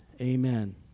Amen